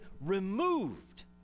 removed